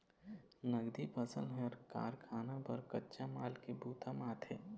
नगदी फसल ह कारखाना बर कच्चा माल के बूता म आथे